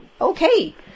okay